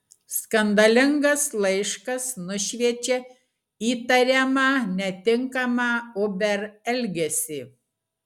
skandalingas laiškas nušviečia įtariamą netinkamą uber elgesį